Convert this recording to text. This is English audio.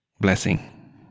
blessing